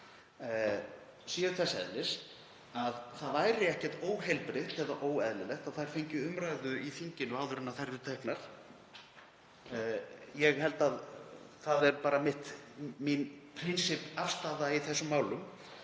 séu þess eðlis að það væri ekkert óheilbrigt og óeðlilegt að þær fengju umræðu í þinginu áður en þær eru teknar. Það er bara mín prinsippafstaða í þessum málum.